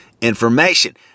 information